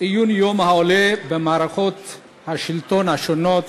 ציון יום העולה במערכות השלטון השונות